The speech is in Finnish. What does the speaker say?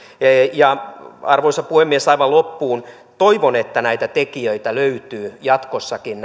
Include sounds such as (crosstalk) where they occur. arvoisa puhemies aivan loppuun toivon että näitä tekijöitä löytyy jatkossakin (unintelligible)